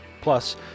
plus